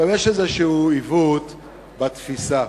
יש איזה עיוות בתפיסה.